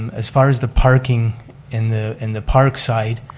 as far as the parking in the in the park site,